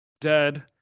dead